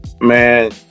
man